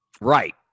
Right